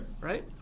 right